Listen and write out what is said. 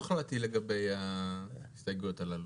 אני לא החלטתי לגבי ההסתייגויות הללו.